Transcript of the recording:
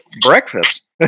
breakfast